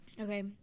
Okay